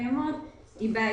היא בעייתית.